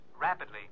rapidly